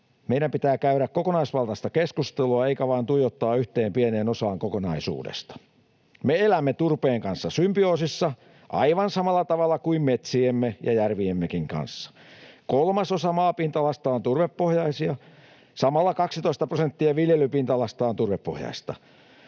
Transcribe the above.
Meidän pitää käydä kokonaisvaltaista keskustelua eikä vain tuijottaa yhteen pieneen osaan kokonaisuudesta. Me elämme turpeen kanssa symbioosissa aivan samalla tavalla kuin metsiemme ja järviemmekin kanssa. Kolmasosa maapinta-alasta on turvepohjaista, samalla 12 prosenttia viljelypinta-alasta on turvepohjaista.